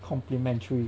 complimentary